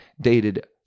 dated